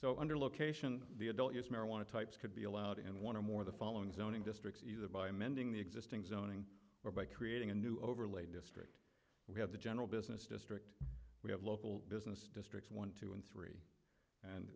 so under location the adult use marijuana types could be allowed in one or more of the following zoning districts either by amending the existing zoning or by creating a new overlay district we have the general business district we have local business districts one two and three and